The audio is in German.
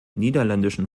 niederländischen